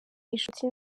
inshuti